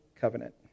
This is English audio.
covenant